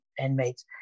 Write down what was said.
inmates